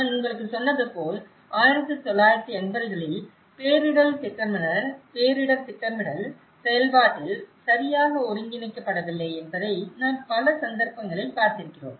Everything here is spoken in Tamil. நான் உங்களுக்குச் சொன்னது போல் 1980களில் பேரிடர் திட்டமிடல் திட்டமிடல் செயல்பாட்டில் சரியாக ஒருங்கிணைக்கப்படவில்லை என்பதை நாம் பல சந்தர்ப்பங்களில் பார்த்து இருக்கிறோம்